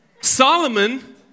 Solomon